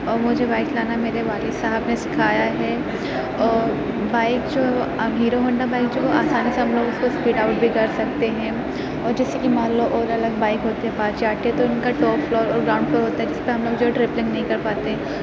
اور مجھے بائک چلانا میرے والد صاحب نے سکھایا ہے اور بائک جو اب ہیرو ہونڈا بائک جو وہ آسانی ہم لوگ اُس اسپیڈ آؤٹ بھی کر سکتے ہیں اور جیسے کہ مان لو اور الگ بائک ہوتی ہے اپاچے آتی ہے تو اُن کا ٹاپ فلور اور گراؤنڈ فلور ہوتا ہے جس کا ہم لوگ جو ہے ٹرپلنگ نہیں کر پاتے